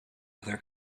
other